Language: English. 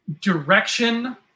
direction